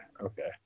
Okay